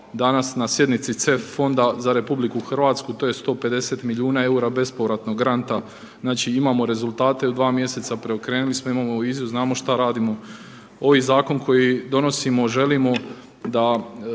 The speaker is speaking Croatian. danas na sjednici CEF fonda za RH to je 150 milijuna eura bespovratnog granta. Znači imamo rezultate i u dva mjeseca preokrenuli smo i znamo što radimo. Ovaj zakon koji donosimo želimo da